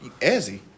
Ezzy